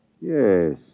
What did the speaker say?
Yes